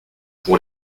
pour